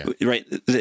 Right